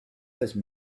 those